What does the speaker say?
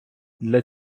для